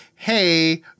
hey